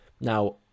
Now